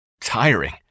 tiring